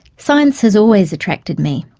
science has always attracted me.